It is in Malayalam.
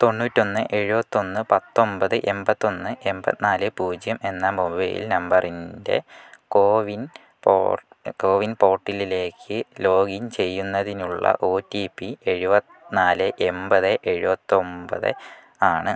തൊണ്ണൂറ്റൊന്ന് എഴുപത്തൊന്ന് പത്തൊമ്പത് എൺപത്തൊന്ന് എൺപത്നാല് പൂജ്യം എന്ന മൊബൈൽ നമ്പറിൻ്റെ CoWIN port CoWIN പോർട്ടലിലേക്ക് ലോഗിൻ ചെയ്യുന്നതിനുള്ള ഒ ടി പി എഴുപത്തിനാല് എമ്പത് എഴുപത്തിയൊന്ന് ആണ്